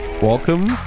Welcome